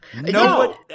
no